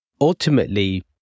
Ultimately